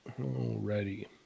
alrighty